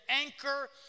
anchor